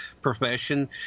profession